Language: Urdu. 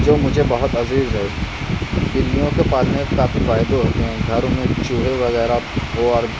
جو مجھے بہت عزیز ہے بلیوں کے پالنے کے کافی فائدے ہوتے ہیں گھروں میں چوہے وغیرہ اور